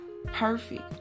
Perfect